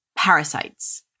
parasites